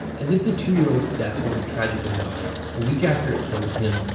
as if the two year old's death wasn't tragic enough, a week after it killed him,